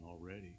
already